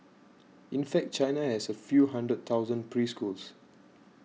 in fact China has a few hundred thousand preschools